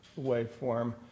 waveform